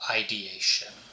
ideation